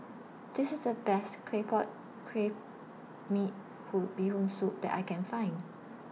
This IS The Best Claypot Crab Me Hoon Bee Hoon Soup that I Can Find